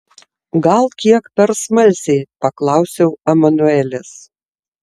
gal kiek per smalsiai paklausiau emanuelės